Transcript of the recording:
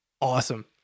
awesome